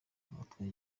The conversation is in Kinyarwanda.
abatwaye